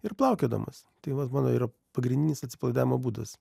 ir plaukiodamas tai vat mano yra pagrindinis atsipalaidavimo būdas